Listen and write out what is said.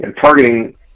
targeting